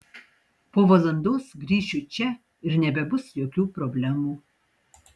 po valandos grįšiu čia ir nebebus jokių problemų